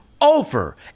over